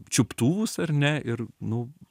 čiuptuvus ar ne ir nu